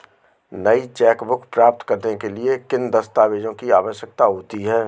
नई चेकबुक प्राप्त करने के लिए किन दस्तावेज़ों की आवश्यकता होती है?